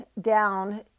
down